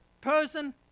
person